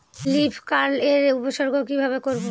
Leaf curl এর উপসর্গ কিভাবে করব?